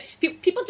people